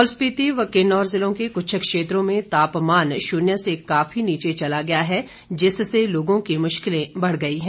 लाहौल स्पिति व किन्नौर जिलों के कुछ क्षेत्रों में तापमान शून्य से काफी नीचे चला गया है जिससे लोगों की मुश्किलें बढ़ गई हैं